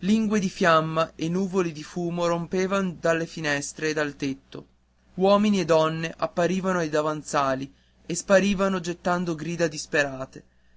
lingue di fiamma e nuvoli di fumo rompevan dalle finestre e dal tetto uomini e donne apparivano ai davanzali e sparivano gettando grida disperate